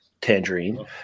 tangerine